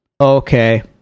okay